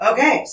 Okay